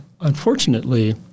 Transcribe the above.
Unfortunately